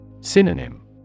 Synonym